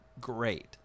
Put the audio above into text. great